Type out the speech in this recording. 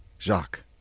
Jacques